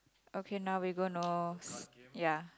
okay now we gonna s~ ya